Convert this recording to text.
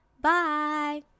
bye